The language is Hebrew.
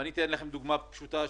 אציג לכם דוגמה פשוטה,